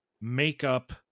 makeup